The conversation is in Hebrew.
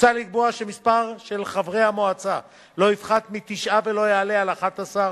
מוצע לקבוע שמספר חברי המועצה לא יפחת מתשעה ולא יעלה על 11,